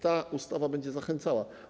Ta ustawa będzie zachęcała.